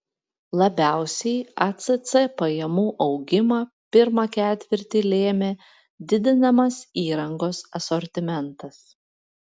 labiausiai acc pajamų augimą pirmą ketvirtį lėmė didinamas įrangos asortimentas